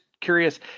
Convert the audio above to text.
curious